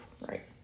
Right